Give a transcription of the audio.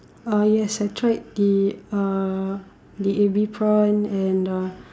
ah yes I tried the uh the ebi prawn and uh